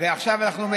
ועכשיו אנחנו,